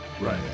Right